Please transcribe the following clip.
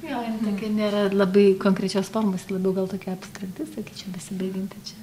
jo jin tokia nėra labai konkrečios formos ji labiau gal tokia abstrakti sakyčiau besibaigianti čia